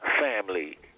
family